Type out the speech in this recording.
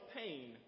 pain